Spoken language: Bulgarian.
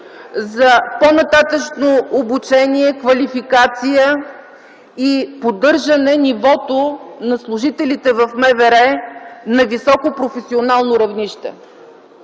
за по-нататъшно обучение, квалификация и поддържане нивото на служителите в МВР на високо професионално равнище.